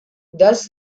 thus